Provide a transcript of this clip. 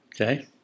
Okay